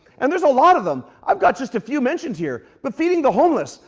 and there's a lot of them. i've got just a few mentions here. but feeding the homeless.